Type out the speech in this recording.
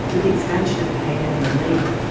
with the expansion of paid annual leave,